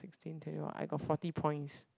sixteen twenty four I got forty points